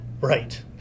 Right